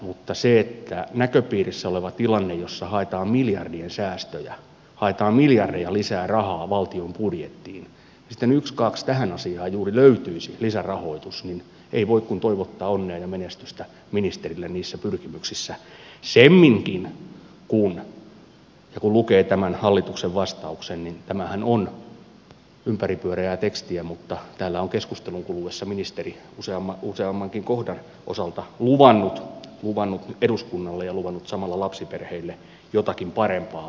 mutta kun näköpiirissä on tilanne jossa haetaan miljardien säästöjä haetaan miljardeja lisää rahaa valtion budjettiin ja sitten ykskaks tähän asiaan juuri löytyisi lisärahoitus niin ei voi kuin toivottaa onnea ja menestystä ministerille niissä pyrkimyksissä semminkin kun ja kun lukee tämän hallituksen vastauksen niin tämähän on ympäripyöreää tekstiä täällä on keskustelun kuluessa ministeri useammankin kohdan osalta luvannut eduskunnalle ja samalla lapsiperheille jotakin parempaa